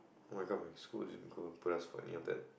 oh my god my school didn't go press for any of that